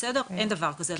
אין דבר כזה,